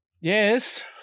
Yes